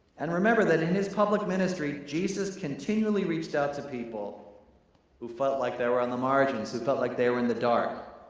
and remember that in his public ministry, jesus continually reached out to people who felt like they were on the margins, who felt like they were in the dark.